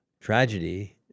tragedy